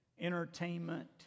entertainment